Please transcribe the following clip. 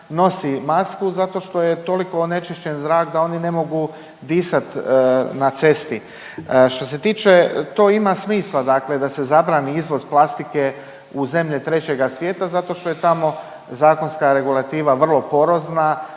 nosi masku zato što je toliko onečišćen zrak da oni ne mogu disat na cesti. Što se tiče, to ima smisla dakle da se zabrani izvoz plastike u zemlje trećega svijeta zato što je tamo zakonska regulativa vrlo porozna,